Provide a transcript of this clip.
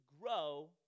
grow